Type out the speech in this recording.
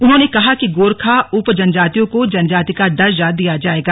उन्होंने कहा कि गोरखा उपजनजातियों को जनजाति का दर्जा दिया जायेगा